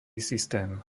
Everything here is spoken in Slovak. systém